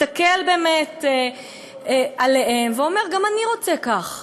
מסתכל עליהם ואומר: גם אני רוצה כך,